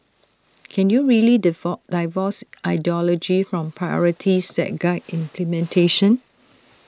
can you really divorce ideology from priorities that guide implementation